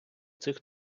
цих